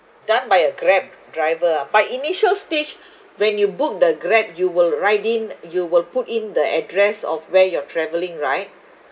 done by a grab driver ah but initial stage when you book the grab you will write in you will put in the address of where you're travelling right